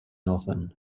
northern